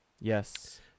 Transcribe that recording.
Yes